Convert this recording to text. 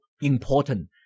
important